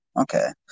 Okay